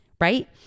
right